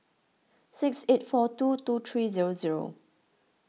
six eight four two two three zero zero